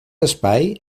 espai